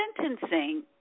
sentencing